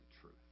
truth